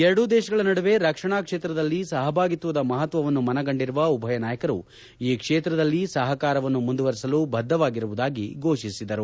ಎರಡೂ ದೇಶಗಳ ನಡುವೆ ರಕ್ಷಣಾ ಕ್ಷೇತ್ರದಲ್ಲಿ ಸಹಭಾಗಿತ್ವದ ಮಹತ್ವವನ್ನು ಮನಗಂಡಿರುವ ಉಭಯ ನಾಯಕರು ಈ ಕ್ಷೇತ್ರದಲ್ಲಿ ಸಹಕಾರವನ್ನು ಮುಂದುವರಿಸಲು ಬದ್ಧವಾಗಿರುವುದಾಗಿ ಘೋಷಿಸಿದರು